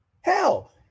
Hell